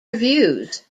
reviews